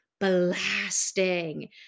blasting